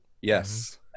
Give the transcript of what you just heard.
Yes